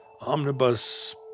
Omnibus